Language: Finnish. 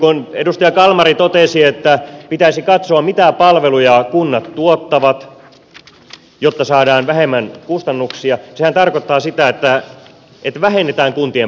kun edustaja kalmari totesi että pitäisi katsoa mitä palveluja kunnat tuottavat jotta saadaan vähemmän kustannuksia sehän tarkoittaa sitä että vähennetään kuntien palveluja